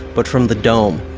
but from the dome.